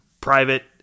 private